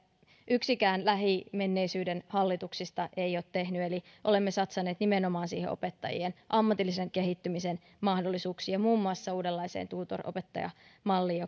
yksikään lähimenneisyyden hallituksista ei ole tehnyt eli olemme satsanneet nimenomaan opettajien ammatillisen kehittymisen mahdollisuuksiin ja muun muassa uudenlaiseen tutoropettajamalliin